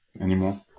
anymore